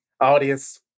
Audience